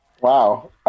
Wow